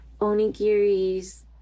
onigiris